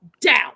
down